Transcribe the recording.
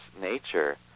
nature